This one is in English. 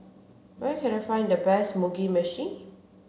where can I find the best Mugi Meshi